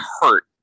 hurt